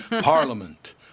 Parliament